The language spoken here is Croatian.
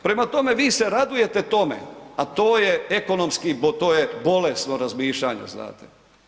Prema tome, vi se radujete tome, a to je ekonomski, to je bolesno razmišljanje znate.